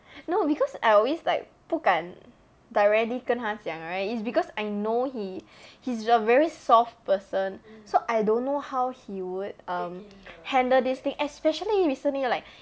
no because I always like 不敢 directly 跟他讲 right is because I know he he's a very soft person so I don't know how he would um handle this thing especially recently like